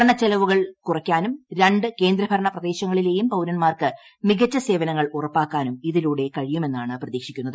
ഭരണചെലവുകൾ കുറയ്ക്കാനും രണ്ട് കേന്ദ്രഭരണ പ്രദേശങ്ങളിലെയും പൌരന്മാർക്ക് മികച്ച സേവനങ്ങൾ ഉറപ്പാക്കാനും ഇതിലൂടെ കഴിയുമെന്നാണ് പ്രതീക്ഷിക്കുന്നത്